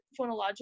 phonological